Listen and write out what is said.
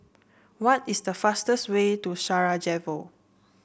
what is the fastest way to Sarajevo